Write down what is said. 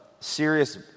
serious